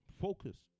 focus